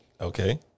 Okay